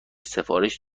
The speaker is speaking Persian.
سفارش